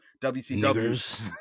WCW